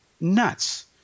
nuts